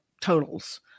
totals